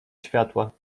światła